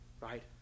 right